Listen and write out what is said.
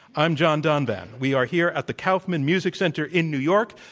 i'm john donvan. we are here at the kaufman music center in new york.